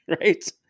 right